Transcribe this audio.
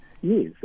Yes